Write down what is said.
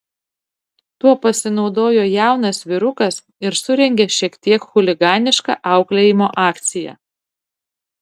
tuo pasinaudojo jaunas vyrukas ir surengė šiek tiek chuliganišką auklėjimo akciją